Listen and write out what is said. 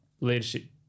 leadership